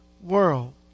world